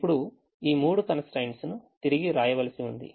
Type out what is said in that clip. ఇప్పుడు ఈ మూడు constraints ను తిరిగి వ్రాయవలసి ఉంది